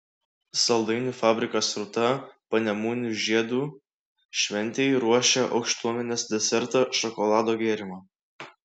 saldainių fabrikas rūta panemunių žiedų šventei ruošia aukštuomenės desertą šokolado gėrimą